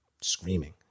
screaming